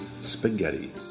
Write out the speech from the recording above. Spaghetti